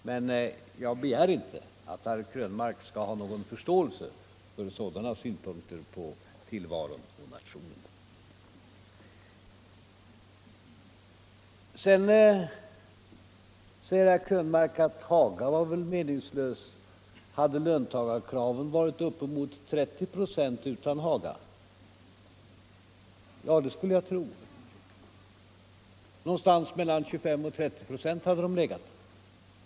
Jag begär emellertid inte att herr Krönmark skall ha någon förståelse för sådana synpunkter på tillvaron och nationen. Sedan säger herr Krönmark att Haga var väl meningslöst. Hade löntagarkraven varit upp emot 30 procent utan Haga? Ja, det skulle jag tro — någonstans mellan 25 och 30 procent hade de legat.